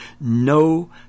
no